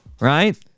right